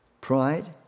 pride